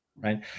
Right